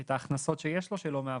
--- את ההכנסות שיש לו שלא מעבודה.